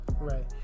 Right